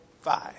five